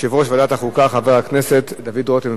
יושב-ראש ועדת החוקה, חבר הכנסת דוד רותם.